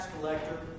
collector